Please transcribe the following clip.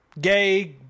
Gay